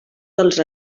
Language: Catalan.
dels